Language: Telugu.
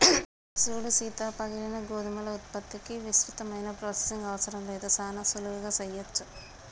సూడు సీత పగిలిన గోధుమల ఉత్పత్తికి విస్తృతమైన ప్రొసెసింగ్ అవసరం లేదు సానా సులువుగా సెయ్యవచ్చు